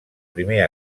primer